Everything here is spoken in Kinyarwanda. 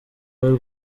w’u